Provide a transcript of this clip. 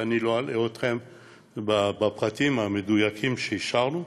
ואני לא אלאה אתכם בפרטים המדויקים שאישרנו,